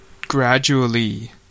gradually